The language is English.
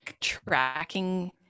tracking